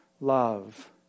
love